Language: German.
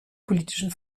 politischen